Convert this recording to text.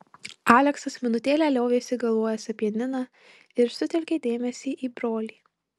aleksas minutėlę liovėsi galvojęs apie niną ir sutelkė dėmesį į brolį